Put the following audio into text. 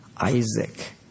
Isaac